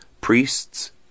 priests